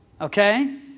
Okay